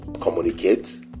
communicate